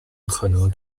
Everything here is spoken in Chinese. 可能